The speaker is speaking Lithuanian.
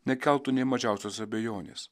nekeltų nei mažiausios abejonės